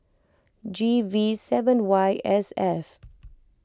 G V seven Y S F